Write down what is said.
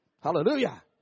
Hallelujah